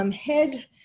head